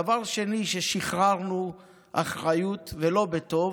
דבר שני, שחררנו אחריות, ולא בטוב,